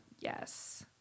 Yes